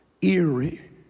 eerie